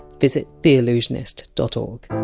visit theallusionist dot o